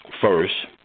First